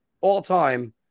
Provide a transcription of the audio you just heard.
all-time